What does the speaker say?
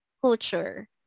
culture